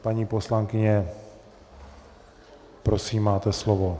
Paní poslankyně, prosím, máte slovo.